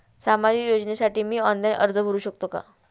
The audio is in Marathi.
सामाजिक योजनेसाठी मी ऑनलाइन अर्ज करू शकतो का?